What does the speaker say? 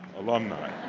alumni,